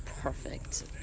perfect